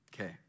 Okay